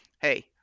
hey